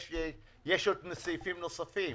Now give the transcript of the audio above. יש עוד סעיפים נוספים.